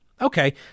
Okay